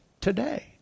today